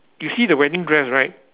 you see the wedding dress right